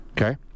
Okay